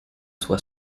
sua